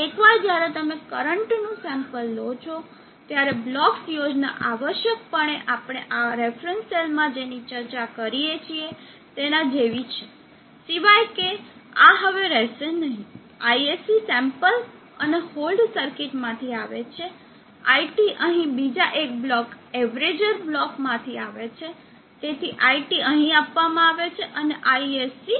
એકવાર જ્યારે તમે કરંટ નું સેમ્પલ લો છો ત્યારે બ્લોક્સ યોજના આવશ્યકપણે આપણે રેફરન્સ સેલમાં જેની ચર્ચા કરીએ છીએ તેના જેવી છે સિવાય કે આ હવે રહેશે નહીં ISC સેમ્પલ અને હોલ્ડ સર્કિટ માંથી આવે છે iT અહી બીજા એક બ્લોક એવરેજર બ્લોક માંથી આવે છે તેથી iT અહીં આપવામાં આવે છે અને ISC